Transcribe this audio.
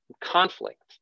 conflict